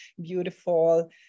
beautiful